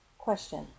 Question